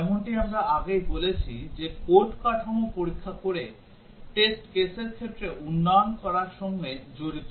white box পরীক্ষা যেমনটি আমরা আগেই বলেছি কোড কাঠামো পরীক্ষা করে টেস্ট কেসের ক্ষেত্রে উন্নয়ন করার সঙ্গে জড়িত